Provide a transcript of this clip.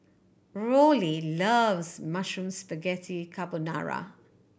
Rollie loves Mushroom Spaghetti Carbonara